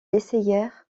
essayèrent